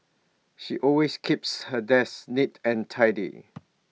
she always keeps her desk neat and tidy